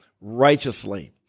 righteously